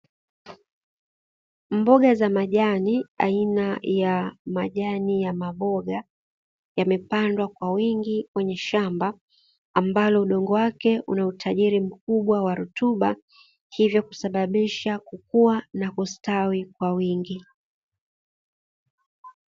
Mboga za majani aina ya majani ya maboga yamepandwa kwa wingi kwenye shamba, ambalo udongo wake una utajiri mkubwa wa rutuba hivyo kusababisha kukua na kustawi kwa wingi.